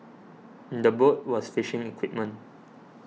in the boat was fishing equipment